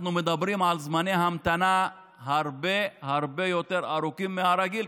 אנחנו מדברים על זמני ההמתנה הרבה הרבה יותר ארוכים מהרגיל,